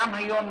גם היום,